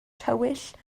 tywyll